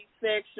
section